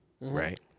right